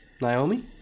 Naomi